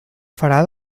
farà